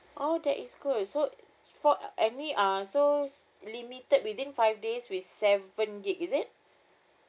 oh that is good so for any uh so limited within five days with seven gig is it